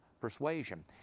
Persuasion